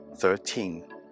Thirteen